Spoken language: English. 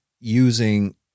using